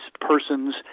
persons